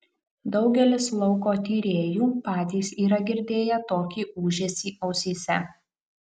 daugelis lauko tyrėjų patys yra girdėję tokį ūžesį ausyse